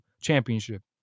championship